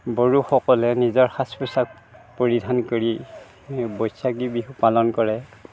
বড়োসকলে নিজৰ সাজ পোছাক পৰিধান কৰি বৈশাগী বিহু পালন কৰে